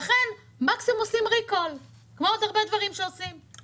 מקסימום עושים ריקול כמו עוד דברים שעושים,